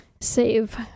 save